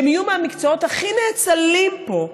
שהם יהיו מהמקצועות הכי נאצלים פה,